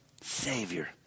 Savior